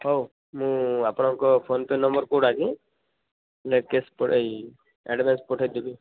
ହଉ ମୁଁ ଆପଣଙ୍କର ଫୋନ୍ପେ ନମ୍ବର୍ କେଉଁଟାକି ନେଟ୍ କ୍ୟାଶ୍ ଏଇ ଏଡ଼ଭାନ୍ସ ପଠେଇଦେବି